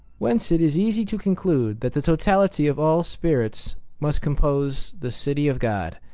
whence it is easy to conclude that the totality of all spirits must compose the city of god